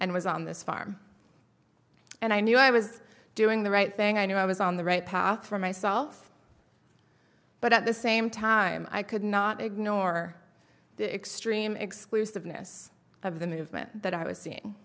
and was on this farm and i knew i was doing the right thing i knew i was on the right path for myself but at the same time i could not ignore the extreme exclusiveness of the movement that i was seeing